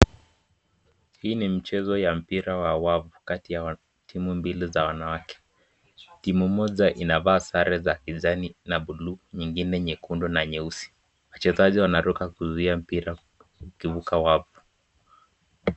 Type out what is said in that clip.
Hii ni mchezo wa watu kati ya timu mbili za wanawake, timu moja inafaa sare za kijani nyingine, nyekundu na nyeusi, wachezaji wanaruka kuzuia mbira ikivuka.